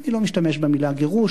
אני לא משתמש במלה "גירוש",